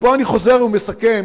ופה אני חוזר ומסכם